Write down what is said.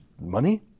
money